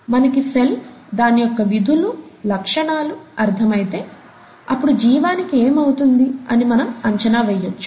మనకి సెల్ దాని యొక్క విధులు లక్షణాలు అర్థమైతే అప్పుడు జీవానికి ఏమి అవుతుంది అని మనం అంచనా వేయొచ్చు